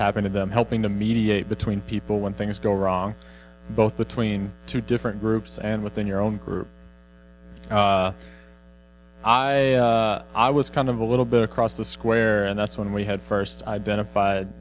happen to them helping to mediate between people when things go wrong both between two different groups and within your own group i i was kind of a little bit across the square and that's when we had first identified